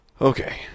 Okay